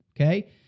Okay